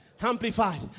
Amplified